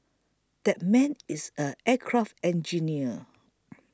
that man is an aircraft engineer